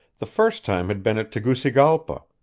the first time had been at tegucigalpa,